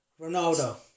ronaldo